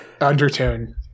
undertone